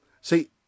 See